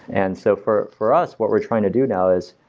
and so for for us, what we're trying to do now is,